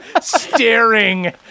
staring